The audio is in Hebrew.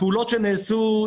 הפעולות שנעשו,